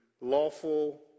lawful